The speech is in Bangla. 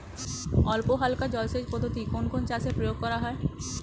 অল্পহালকা জলসেচ পদ্ধতি কোন কোন চাষে প্রয়োগ করা হয়?